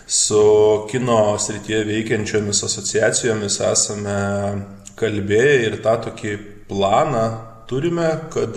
su kino srityje veikiančiomis asociacijomis esame kalbėję ir tą tokį planą turime kad